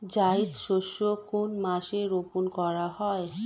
জায়িদ শস্য কোন মাসে রোপণ করা হয়?